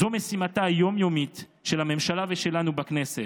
זו משימתה היום-יומית של הממשלה ושלנו בכנסת,